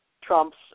Trump's